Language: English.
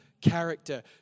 character